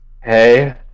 Hey